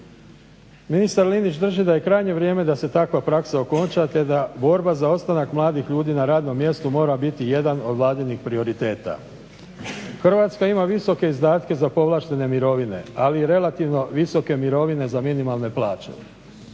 Ministar Linić drži da je krajnje vrijeme da se takva praksa okonča te da borba za ostanak mladih ljudi na radnom mjestu mora biti jedan od Vladinih prioriteta. Hrvatska ima visoke izdatke za povlaštene mirovine, ali i relativno visoke mirovine za minimalne plaće.